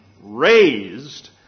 raised